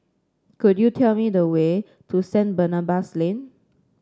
could you tell me the way to Saint Barnabas Lane